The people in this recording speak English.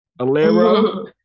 Alera